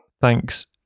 Thanks